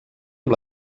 amb